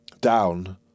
Down